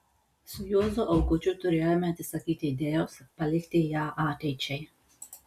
su juozu augučiu turėjome atsisakyti idėjos palikti ją ateičiai